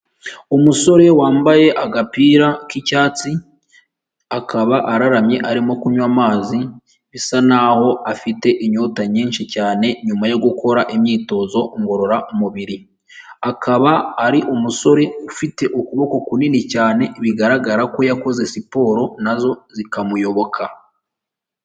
Umusore wambaye agapira k'icyatsi, akaba araramye arimo kunywa amazi bisa n'aho afite inyota nyinshi cyane nyuma yo gukora imyitozo ngororamubiri. Akaba ari umusore ufite ukuboko kunini cyane bigaragara ko yakoze siporo, nazo zikamuyoboka.